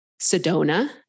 Sedona